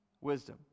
Wisdom